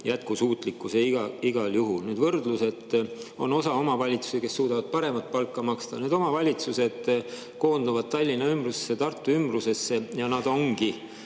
jätkusuutlikkust igal juhul. Nüüd, oli võrdlus, et on osa omavalitsusi, kes suudavad paremat palka maksta. Need omavalitsused koonduvad Tallinna ümbrusse, Tartu ümbrusse ja ongi